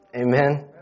Amen